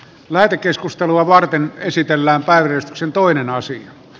lähetekeskustelua varten esitellään barry sen toinen asia